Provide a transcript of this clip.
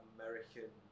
American